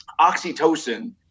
oxytocin